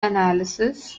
analysis